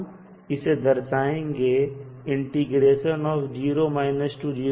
हम इसे दर्शआएंगे से